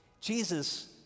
Jesus